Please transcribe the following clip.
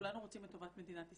כולנו רוצים את טובת מדינת ישראל,